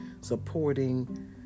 supporting